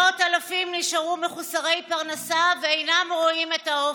מאות אלפים נשארו מחוסרי פרנסה ואינם רואים את האופק.